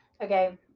Okay